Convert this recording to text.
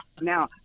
Now